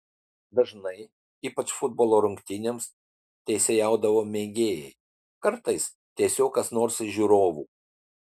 dažnai ypač futbolo rungtynėms teisėjaudavo mėgėjai kartais tiesiog kas nors iš žiūrovų